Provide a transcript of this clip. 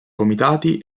comitati